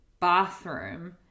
bathroom